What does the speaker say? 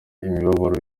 imibabaro